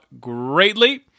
greatly